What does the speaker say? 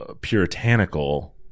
puritanical